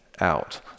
out